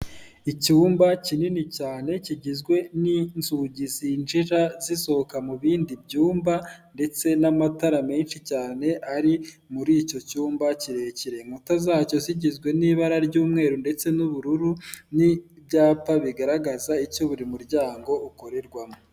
Icyumba kinini cyane kigizwe n'inzugi zinjira, zisohoka mu bindi byumba ndetse n'amatara menshi cyane ari muri icyo cyumba kirekire; inkuta zacyo zigizwe n'ibara ry'umweru ndetse n'ubururu; n'ibyapa bigaragaza icyo buri muryango ukorerwamo.